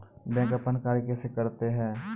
Bank अपन कार्य कैसे करते है?